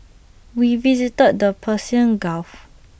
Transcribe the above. we visited the Persian gulf